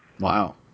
Wow